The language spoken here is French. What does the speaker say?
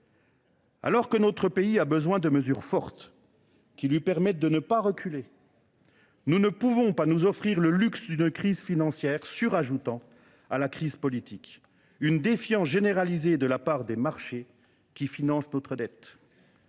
Alors que notre pays a besoin de mesures fortes lui permettant de ne pas reculer, nous ne pouvons pas nous offrir le luxe d’une crise financière se surajoutant à la crise politique et d’une défiance généralisée de la part des marchés qui financent notre dette.